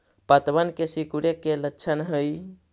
पत्तबन के सिकुड़े के का लक्षण हई?